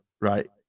right